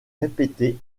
répétées